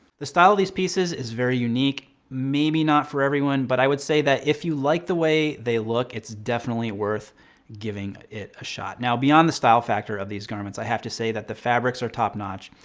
the style of these pieces is very unique. maybe not for everyone. but i would say that if you like the way they look, it's definitely worth giving it a shot. now beyond the style factor of these garments, i have to say that the fabrics are top-notch.